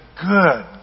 good